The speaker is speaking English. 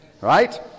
Right